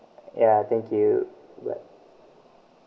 ya thank you bye